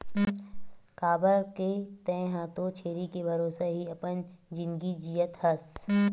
काबर के तेंहा तो छेरी के भरोसा ही अपन जिनगी जियत हस